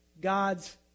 God's